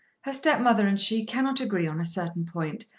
her stepmother and she cannot agree on a certain point.